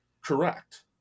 correct